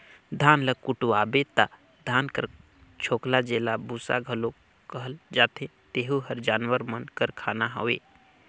धान ल कुटवाबे ता धान कर छोकला जेला बूसा घलो कहल जाथे तेहू हर जानवर मन कर खाना हवे